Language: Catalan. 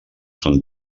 són